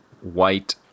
white